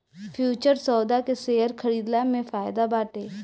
futures सौदा के share खरीदला में फायदा बाटे